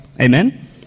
amen